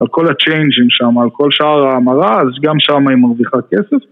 על כל השינויים שם, על כל שאר ההמלה, אז גם שם היא מרוויחה כסף.